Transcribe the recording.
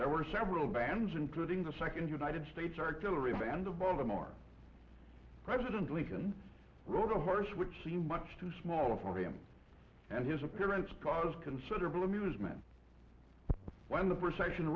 there were several bands including the second united states artillery band of waldemar president lincoln wrote a horse which seemed much too small for him and his appearance caused considerable amusement when the procession